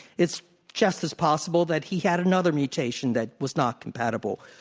it's just as possible that he had another mutation that was not compatible